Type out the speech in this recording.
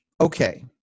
okay